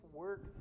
work